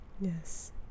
yes